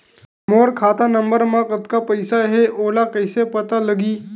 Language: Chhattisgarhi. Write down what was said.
मोर खाता नंबर मा कतका पईसा हे ओला कइसे पता लगी?